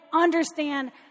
understand